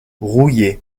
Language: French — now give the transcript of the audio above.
rouillé